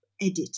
edit